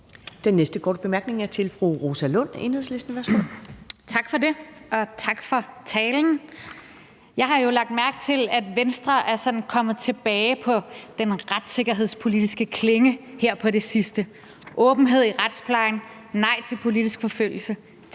Den næste korte bemærkning er til fru Rosa Lund, Enhedslisten. Værsgo. Kl. 11:28 Rosa Lund (EL) : Tak for det. Og tak for talen. Jeg har jo lagt mærke til, at Venstre sådan er kommet tilbage på den retssikkerhedspolitiske klinge her på det sidste med hensyn til åbenhed i retsplejen og nej til politisk forfølgelse. Tak